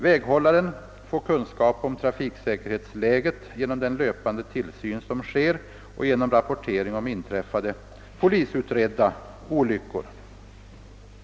Väghållaren får kunskap om trafiksäkerhetsläget genom den löpande tillsyn som sker och genom rapportering om inträffade, polisutredda olyckor.